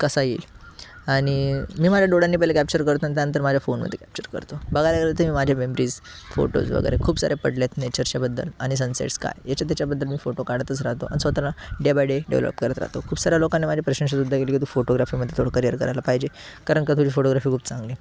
कसा येईल आणि मी माझ्या डोळ्यांनी पहिले कॅप्चर करतो आणि त्यानंतर माझ्या फोनमध्ये कॅप्चर करतो बघायला गेलं तर माझे मेमरीज फोटोज वगैरे खूप सारे पडलेत नेचरच्याबद्दल आणि सनसेट्स काय येच्या त्याच्याबद्दल मी फोटो काढतच राहतो आणि स्वतःला डे बाय डे डेव्हलप करत राहतो खूप साऱ्या लोकांनी माझी प्रशंसासुद्धा केली की तू फोटोग्राफीमध्ये तेवढं करियर करायला पाहिजे कारण का तुझी फोटोग्राफी खूप चांगली आहे